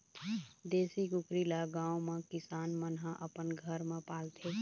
देशी कुकरी ल गाँव म किसान मन ह अपन घर म पालथे